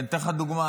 אני אתן לך דוגמה: